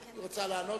היא רוצה לענות,